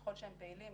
ככל שהם פעילים,